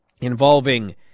involving